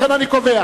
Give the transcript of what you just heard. לכן אני קובע: